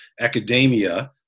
academia